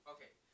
Okay